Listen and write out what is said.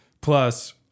Plus